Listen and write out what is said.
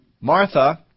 Martha